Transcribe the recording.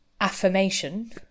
affirmation